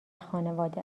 خانواده